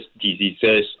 diseases